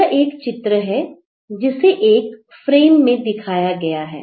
यह एक चित्र है जिसे एक फ्रेम में दिखाया गया है